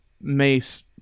Mace